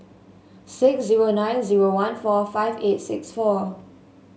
six zero nine zero one four five eight six four